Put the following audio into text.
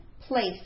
placed